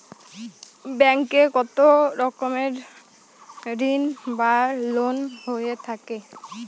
Bank এ কত রকমের ঋণ বা লোন হয়ে থাকে?